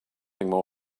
nothing